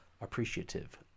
appreciative